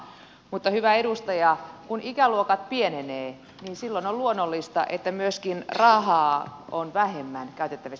mutta hyvä edustaja kun ikäluokat pienenevät silloin on luonnollista että myöskin rahaa on vähemmän käytettävissä